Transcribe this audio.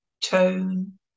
tone